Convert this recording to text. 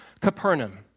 Capernaum